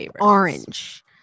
orange